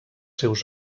seus